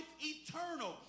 eternal